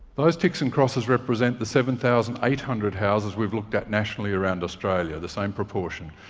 those ticks and crosses represent the seven thousand eight hundred houses we've looked at nationally around australia, the same proportion.